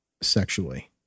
sexually